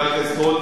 לא.